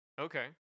Okay